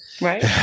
Right